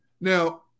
Now